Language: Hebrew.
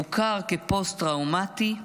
הוכר כפוסט-טראומטי,